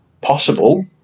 possible